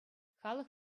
халӑх